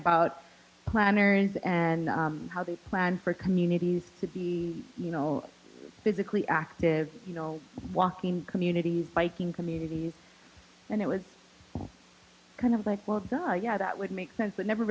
about planner and how they plan for communities to be you know physically active you know walking communities biking communities and it was kind of like well yeah that would make sense but never